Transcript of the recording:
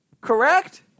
Correct